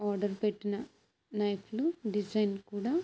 order పెట్టిన నైఫ్లు design కూడా